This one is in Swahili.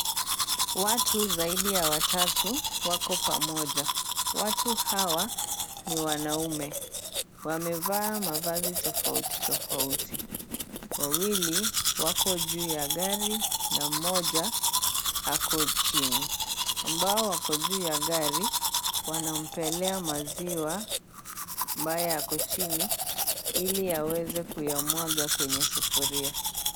Watu zaidi ya watatu wako pamoja. Watu hawa ni wanaume. Wamevaa mavazi tofautitofauti. Wawili wako juu ya gari na mmoja ako chini. Ambao wako juu ya gari wanampelea maziwa ambaye ako chini ili aweze kuyamwaga kwenye sufuria.